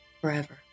forever